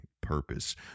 purpose